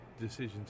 decisions